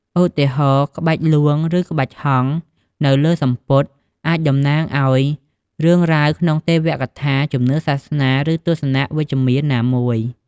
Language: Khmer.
ឧទាហរណ៍ ក្បាច់លួង ឬក្បាច់ហង្សនៅលើសំពត់ អាចតំណាងឱ្យរឿងរ៉ាវក្នុងទេវកថា ជំនឿសាសនា ឬទស្សនៈវិជ្ជមានណាមួយ ។